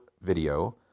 video